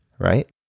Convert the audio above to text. Right